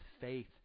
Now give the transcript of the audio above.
faith